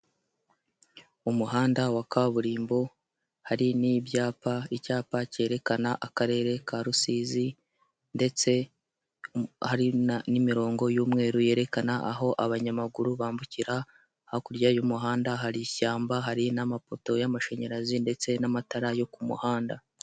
Umuhanda wa kaburimbo hari n'ibyapa, icyapa kerekana akarere ka Rusizi ndetse hari n'imirongo y'umweru yerekana aho abanyamaguru bambukira hakurya y'umuhanda hari ishyamba hari n'amapoto y'amashanyarazi ndetse n'amatara yo ku muhanda.